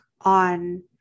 on